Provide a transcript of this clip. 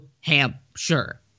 Hampshire